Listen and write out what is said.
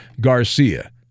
Garcia